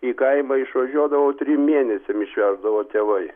į kaimą išvažiuodavau trim mėnesiam išveždavo tėvai